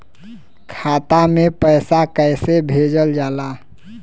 खाता में पैसा कैसे भेजल जाला?